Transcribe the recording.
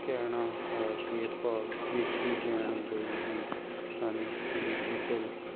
ਕਹਿਣਾ ਹੈ ਕਿ ਭਾਵ ਵਿੱਤੀ ਲੈਣ ਲਈ ਵੀ ਸਾਨੂੰ ਡਿਜੀਟਲ